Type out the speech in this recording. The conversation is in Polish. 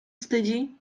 wstydzi